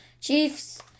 Chiefs